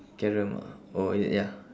carrom ah oh ye~ ya